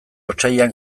otsailean